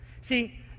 see